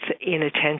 inattention